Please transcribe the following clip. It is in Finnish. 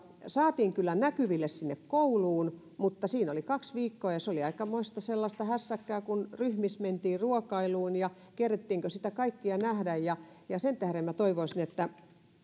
saatiin kyllä näkyville sinne kouluun mutta siinä oli kaksi viikkoa ja se oli sellaista aikamoista hässäkkää kun ryhmissä mentiin ruokailuun että kerettiinkö siinä kaikkia nähdä sen tähden minä toivoisin että